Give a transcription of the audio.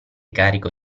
carico